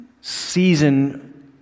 season